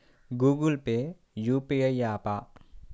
Google Pay UPI య్యాపా?